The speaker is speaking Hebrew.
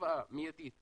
הרכבה מיידית